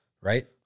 Right